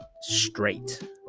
straight